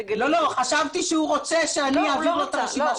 חשבתי שהוא רוצה שאני אעביר לו את הרשימה.